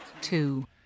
Two